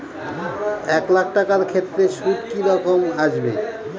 এক লাখ টাকার ক্ষেত্রে সুদ কি রকম আসবে?